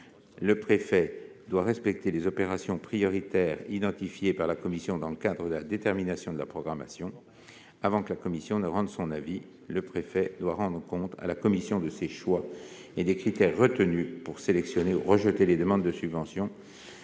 le préfet doit respecter les opérations prioritaires identifiées par la commission dans le cadre de la détermination de la programmation ; le préfet doit rendre compte à la commission de ses choix et des critères retenus pour sélectionner ou rejeter les demandes de subvention